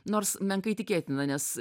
nors menkai tikėtina nes